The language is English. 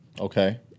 Okay